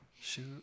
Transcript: Shoot